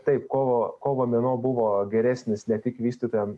taip kovo kovo mėnuo buvo geresnis ne tik vystytojam